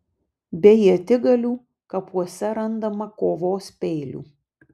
be ietigalių kapuose randama kovos peilių